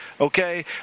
Okay